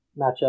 matchup